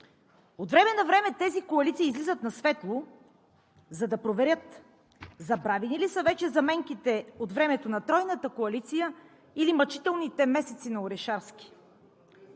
От време на време тези коалиции излизат на светло, за да проверят забравени ли са вече заменките от времето на Тройната коалиция, или мъчителните месеци на Орешарски.